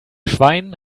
schwein